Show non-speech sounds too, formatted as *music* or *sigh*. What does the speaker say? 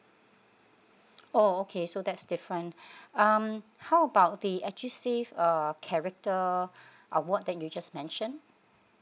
oh okay so that's different *breath* um how about the edusafe uh character *breath* award that you just mentioned